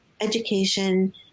education